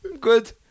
good